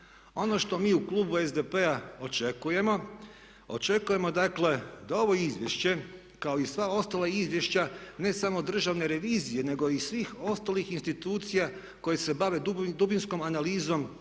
Ono što mi u Klubu SDP-a očekujemo, očekujemo dakle da ovo izvješće kao i sva ostala izvješća ne samo Državne revizije, nego i svih ostalih institucija koje se bave dubinskom analizom